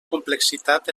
complexitat